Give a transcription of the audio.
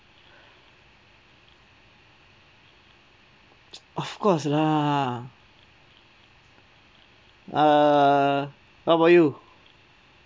of course lah err what about you